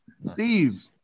Steve